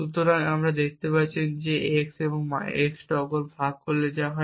সুতরাং আপনি দেখতে পাচ্ছেন যে x এবং x ভাগ করলে হয়